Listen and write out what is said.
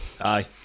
Aye